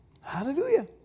Hallelujah